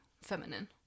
feminine